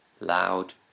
loud